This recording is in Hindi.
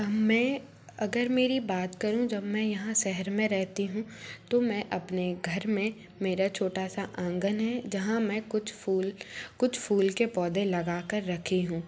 मैं अगर मेरी बात करूँ जब मैं यहाँ शहर में रहेती हूँ तो मैं अपने घर में मेरा छोटा सा आंगन है जहाँ मैं कुछ फूल कुछ फूल के पौधे लगा कर रखी हूँ